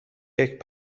کیک